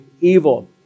evil